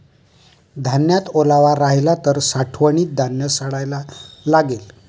धान्यात ओलावा राहिला तर साठवणीत धान्य सडायला लागेल